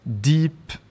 deep